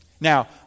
Now